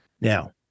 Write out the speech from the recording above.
Now